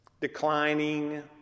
Declining